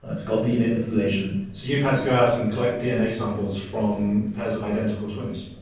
it's called dna methylation. so you've had to go out and collect dna samples from pairs of identical twins?